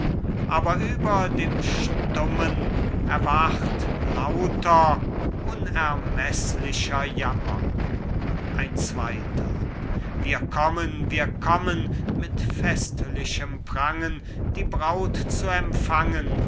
aber über dem stummen erwacht lauter unermeßlicher jammer ein zweiter cajetan wir kommen wir kommen mit festlichem prangen die braut zu empfangen